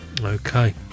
Okay